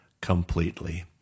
completely